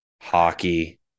Hockey